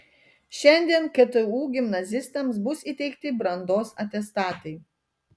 šiandien ktu gimnazistams bus įteikti brandos atestatai